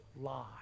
lie